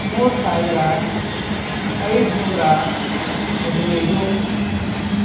ಮೂರು ಸಾವಿರ ಐದು ನೂರ ಹದಿನೈದು